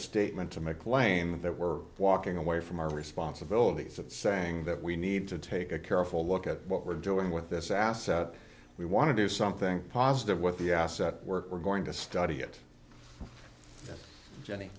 statement to make claim that we're walking away from our responsibilities and saying that we need to take a careful look at what we're doing with this asset we want to do something positive with the asset work we're going to study it jenny